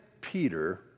Peter